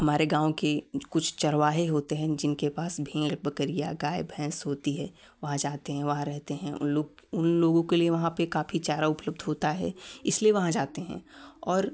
हमारे गाँव के कुछ चरवाहे होते हैं जिनके पास भेंड़ बकरियाँ गाय भैंस होती है वहाँ जाते हैं वहाँ रहते हैं उन लोग उन लोगों के लिए वहाँ पे काफ़ी चारा उपलब्ध होता है इसलिए वहाँ जाते हैं और